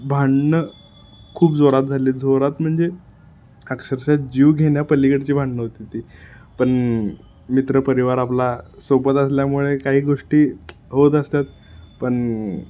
भांडणं खूप जोरात झाली जोरात म्हणजे अक्षरशः जीव घेण्या पलीकडची भांडणं होती ती पण मित्र परिवार आपला सोबत असल्यामुळे काही गोष्टी होत असतात पण